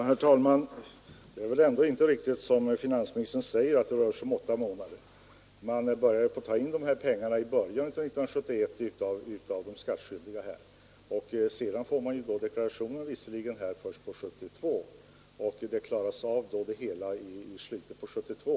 Herr talman! Det är väl ändå inte riktigt, som herr finansministern säger, att det rör sig om åtta månader. Man tar ju in preliminärskatt från de skattskyldiga från början av 1971. Inkomstdeklarationen lämnas in först 1972, och utjämningen sker i slutet på 1972.